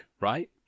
right